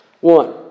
One